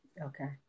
Okay